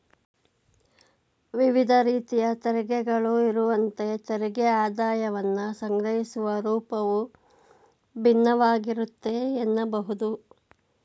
ವಿವಿಧ ರೀತಿಯ ತೆರಿಗೆಗಳು ಇರುವಂತೆ ತೆರಿಗೆ ಆದಾಯವನ್ನ ಸಂಗ್ರಹಿಸುವ ರೂಪವು ಭಿನ್ನವಾಗಿರುತ್ತೆ ಎನ್ನಬಹುದು